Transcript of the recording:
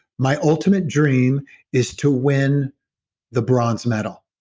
my ultimate dream is to win the bronze medal.